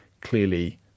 clearly